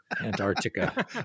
Antarctica